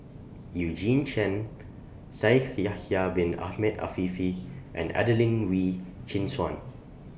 Eugene Chen Shaikh Yahya Bin Ahmed Afifi and Adelene Wee Chin Suan